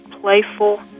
playful